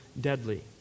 deadly